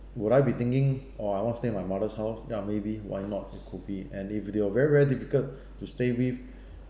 would I be thinking oh I want to stay my mother's house ya maybe why not it could be and if they are very very difficult to stay with